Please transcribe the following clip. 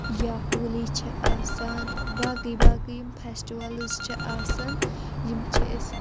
یا ہولی چھےٚ آسان باقٕے باقٕے یِم فٮ۪سٹٕوَلٕز چھِ آسان یِم چھِ أسۍ